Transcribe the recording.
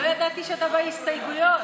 לא ידעתי שאתה בהסתייגויות,